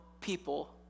people